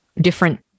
different